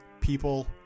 people